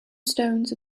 stones